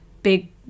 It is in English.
big